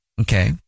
Okay